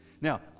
Now